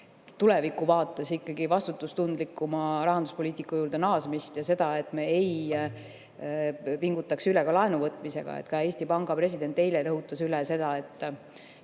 tulevikuvaates ikkagi vastutustundlikuma rahanduspoliitika juurde naasta ja seda, et me ei pingutaks laenu võtmisega üle. Ka Eesti Panga president eile rõhutas, et